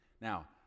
Now